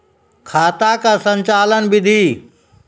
खाता का संचालन बिधि?